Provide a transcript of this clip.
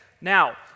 Now